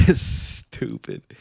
Stupid